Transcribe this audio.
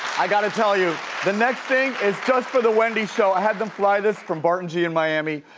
i gotta tell you. the next thing is just for the wendy show. i had them fly this from baron g in miami.